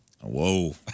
Whoa